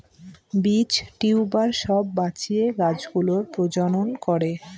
বীজ, টিউবার সব বাঁচিয়ে গাছ গুলোর প্রজনন করে